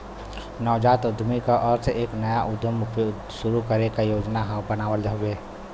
नवजात उद्यमी क अर्थ एक नया उद्यम शुरू करे क योजना बनावल हउवे